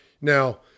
now